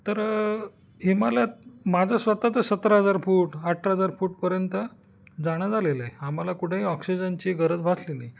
तर हिमालयात माझं स्वत च सतरा हजार फूट अठरा हजार फूटपर्यंत जाणं झालेलं आहे आम्हाला कुठेही ऑक्सिजनची गरज भासली नाही